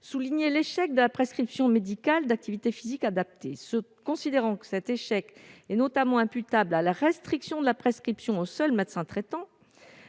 soulignait « l'échec de la prescription médicale d'activité physique adaptée », considérant que cet échec était notamment imputable à la « restriction de la prescription aux seuls médecins traitants,